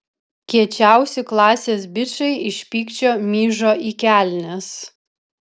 kiečiausi klasės bičai iš pykčio myžo į kelnes